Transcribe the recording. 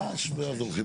קצת.